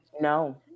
no